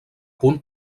punt